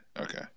Okay